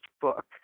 book